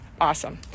Awesome